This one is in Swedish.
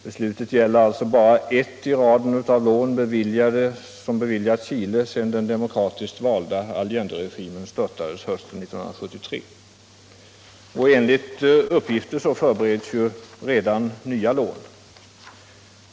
Beslutet gäller bara ett i raden av lån som beviljats Chile sedan den demokratiskt valda Allenderegimen störtades hösten 1973. Enligt uppgifter förbereds redan nya lån.